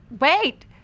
wait